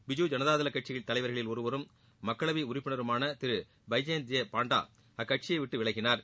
பிஜு ஜனதாதள கட்சி தலைவர்களில் ஒருவரும் மக்களவை உறுப்பினருமான திரு பைஜெயந்த் ஜே பான்டா அக்கட்சியை விட்டு விலகினார்